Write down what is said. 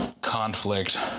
conflict